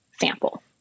sample